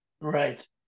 Right